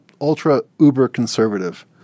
ultra-uber-conservative